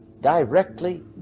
directly